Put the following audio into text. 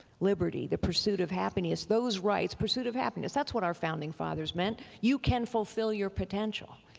liberty, the pursuit of happiness, those rights, pursuit of happiness, that's what our founding fathers meant. you can fulfill your potential.